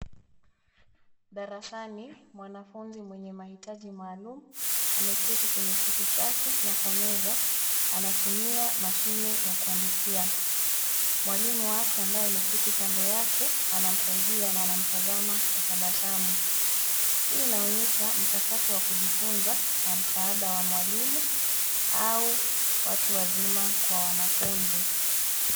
Darasani, mwanafunzi mwenye maitaji maalum ameketi kwenye kiti chake na kwa meza anatumia mashine ya kuandikia .Mwalimu wake ambaye ameketi kando yake anamsaidia na anamtazama kwa tabasamu. Hii inaonyesha mchakato wa kujifunza na msaada wa mwalimu au watu wazima kwa wanafunzi.